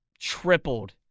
Tripled